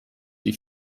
wie